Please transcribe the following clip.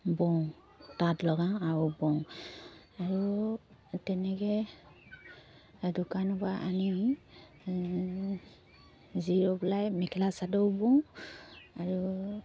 বওঁ তাঁত লগাওঁ আৰু বওঁ আৰু তেনেকৈ দোকানৰ পৰাা আনি মেখেলা চাদৰো বওঁ আৰু